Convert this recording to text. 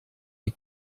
die